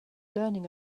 learning